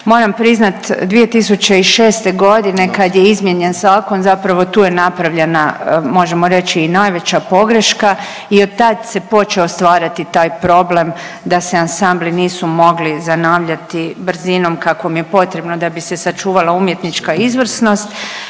Moram priznat 2006. godine kad je izmijenjen zakon zapravo tu je napravljena možemo reći i najveća pogreška i od tad se počeo stvarati taj problem da se ansambli nisu mogli zanavljati brzinom kakvom je potrebno da bi se sačuvala umjetnička izvrsnost.